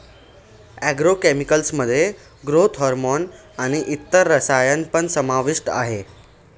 agro chemicals मध्ये growth hormone आणि इतर रसायन पण समाविष्ट आहेत